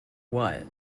what